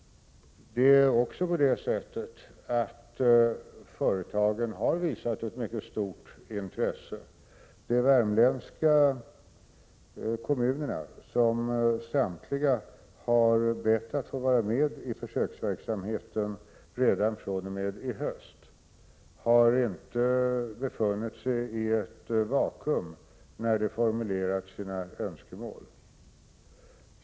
Företagen har visat ett mycket stort intresse. De värmländska kommunerna, som samtliga har bett att få vara med i försöksverksamheten redan fr.o.m. i höst, har inte befunnit sig i ett vakuum när de har formulerat sina önskemål.